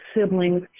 siblings